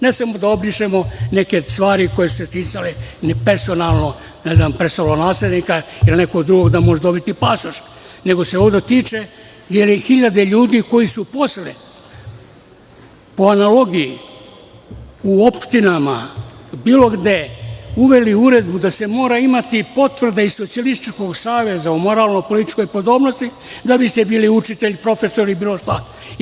Ne samo da obrišemo neke stvari koje su se ticale ni personalno, ne znam, prestolonaslednika ili nekog drugog, da može dobiti pasoš, nego se ovde tiče hiljada ljudi koji su posle, po analogiji, u opštinama, bilo gde, uveli uredbu da se mora imati potvrda iz Socijalističkog saveza o moralno-političkoj podobnosti, da biste bili učitelj, profesor ili bilo šta.